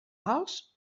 als